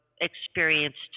experienced